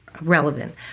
relevant